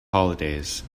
holidays